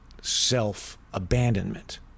self-abandonment